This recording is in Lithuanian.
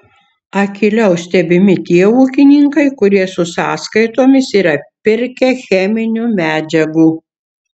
akyliau stebimi tie ūkininkai kurie su sąskaitomis yra pirkę cheminių medžiagų